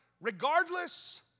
regardless